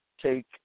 take